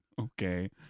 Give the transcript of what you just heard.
Okay